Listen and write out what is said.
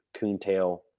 coontail